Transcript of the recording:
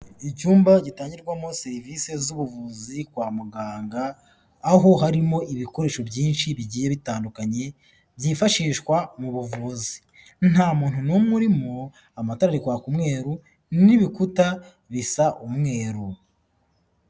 Icyumba gitangirwamo serivisi z'ubuvuzi kwa muganga, aho harimo ibikoresho byinshi bigiye bitandukanye byifashishwa mu buvuzi. Nta muntu n'umwe urimo amatara arikwaka umweru n'ibikuta bisa umweru.